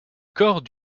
corps